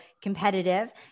competitive